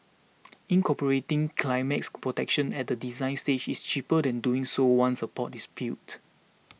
incorporating protection at the design stage is cheaper than doing so once a port is built